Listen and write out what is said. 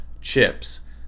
chips